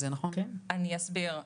אסביר.